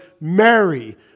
Mary